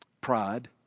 Pride